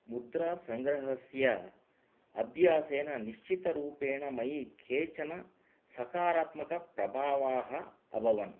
मुद्रासङ्ग्रहस्य अभ्यासेन निश्चितरूपेण मयि केचन सकारात्मक प्रभावाः अभवन्